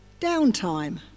downtime